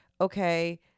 okay